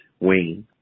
Wayne